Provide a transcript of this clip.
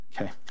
Okay